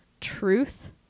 truth